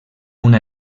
una